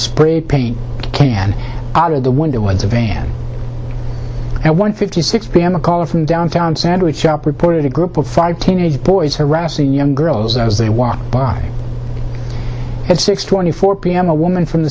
spray paint can out of the window once a van and one fifty six pm a caller from downtown sandwich shop reported a group of five teenage boys harassing young girls as they walked by at six twenty four p m a woman from the